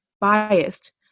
Biased